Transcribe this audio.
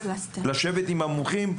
לשבת עם המומחים,